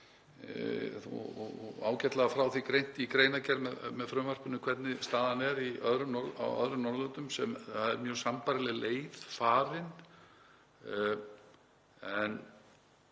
er ágætlega frá því greint í greinargerð með frumvarpinu hvernig staðan er á öðrum Norðurlöndum. Þar er mjög sambærileg leið farin.